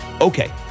Okay